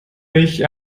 mich